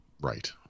right